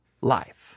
life